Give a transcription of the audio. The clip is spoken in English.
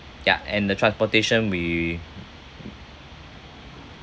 ya and the transportation we